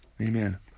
Amen